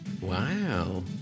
Wow